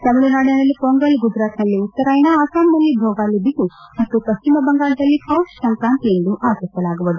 ತಮಿಳುನಾಡಿನಲ್ಲಿ ಪೊಂಗಲ್ ಗುಜರಾತ್ನಲ್ಲಿ ಉತ್ತರಾಯಣ ಅಸ್ಸಾಂನಲ್ಲಿ ಭೋಗಾಲಿ ಬಿಹು ಮತ್ತು ಪಶ್ಚಿಮ ಬಂಗಾಳದಲ್ಲಿ ಪೌಷ್ ಸಂಕ್ರಾಂತಿ ಎಂದು ಆಚರಿಸಲಾಗುವುದು